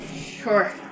sure